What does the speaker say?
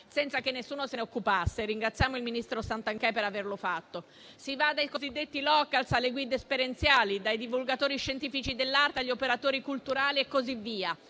senza che nessuno se ne occupasse. Ringraziamo il ministro Santanchè per averlo fatto. Si va dai cosiddetti *local* alle guide esperienziali, dai divulgatori scientifici dell'arte agli operatori culturali e così via.